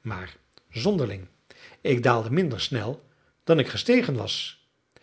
maar zonderling ik daalde minder snel dan ik gestegen was